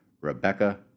Rebecca